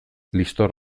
liztor